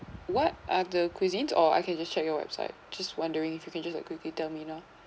what are the cuisines or I can just check your website just wondering if you can just like quickly tell me now